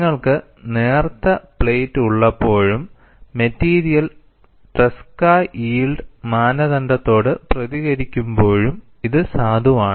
നിങ്ങൾക്ക് നേർത്ത പ്ലേറ്റ് ഉള്ളപ്പോഴും മെറ്റീരിയൽ ട്രെസ്ക യിൽഡ് മാനദണ്ഡത്തോട് പ്രതികരിക്കുമ്പോഴും ഇതും സാധുവാണ്